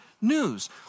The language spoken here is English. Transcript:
news